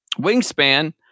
Wingspan